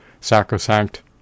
sacrosanct